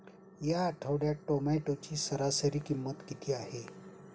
या आठवड्यात टोमॅटोची सरासरी किंमत किती आहे?